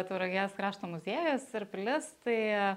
tauragės krašto muziejus ir pilis tai